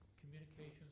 communications